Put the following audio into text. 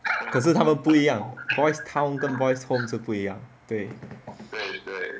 可是它们不一样 boys' town 跟 boys' home 是不一样对